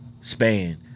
span